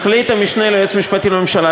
החליט המשנה ליועץ המשפטי לממשלה,